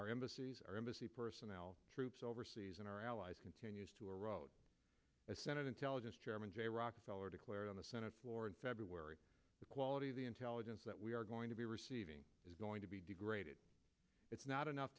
our embassies our embassy personnel troops overseas and our allies continues to erode as senate intelligence chairman jay rockefeller declared on the senate floor in february the quality of the intelligence that we are going to be receiving is going to be degraded it's not enough